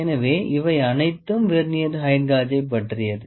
எனவே இவை அனைத்தும் வெர்னியர் ஹெயிட் காஜை பற்றியது